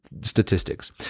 statistics